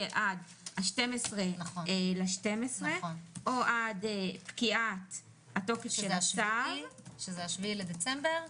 עד 12 בדצמבר או עד פקיעת התוקף של הצו ב-7 בדצמבר,